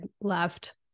left